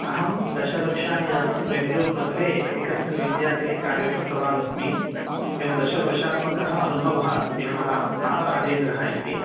अहं दशवर्षाणि यावत् बेङ्गलूरुनगरे एकस्मिन् विद्यालये कार्यं कृतवानस्मि एवं दशवर्षात्मकः अनुभवः अस्ति मम राम नाम राजेन्द्रः इति